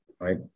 right